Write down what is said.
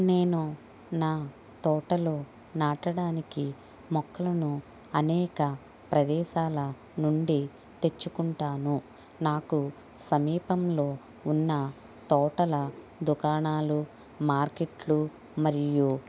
నేను నా తోటలో నాటడానికి మొక్కలను అనేక ప్రదేశాల నుండి తెచ్చుకుంటాను నాకు సమీపంలో ఉన్న తోటల దుకాణాలు మార్కెట్లు మరియు